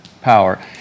power